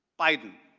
biden.